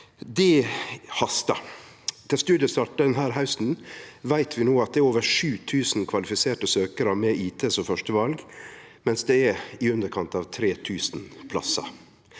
Til studiestart denne hausten veit vi no at det er over 7 000 kvalifiserte søkjarar med IT som førsteval, mens det er i underkant av 3 000 plassar.